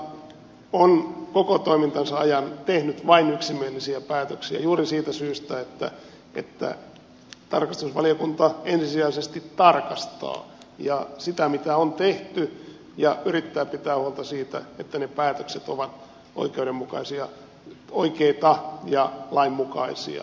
valiokunta on koko toimintansa ajan tehnyt vain yksimielisiä päätöksiä juuri siitä syystä että tarkastusvaliokunta ensisijaisesti tarkastaa sitä mitä on tehty ja yrittää pitää huolta siitä että ne päätökset ovat oikeita ja lainmukaisia